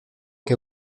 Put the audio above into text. que